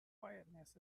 quietness